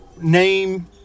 name